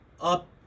up